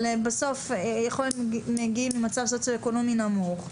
הם מגיעים ממצב סוציו-אקונומי נמוך.